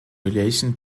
relation